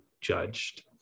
judged